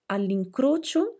All'incrocio